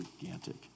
gigantic